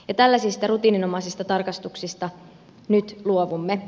tällaisista rutiininomaisista tarkastuksista nyt luovumme